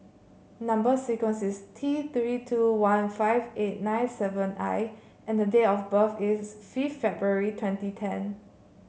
number sequence is T Three two one five eight nine seven I and date of birth is fifth February twenty ten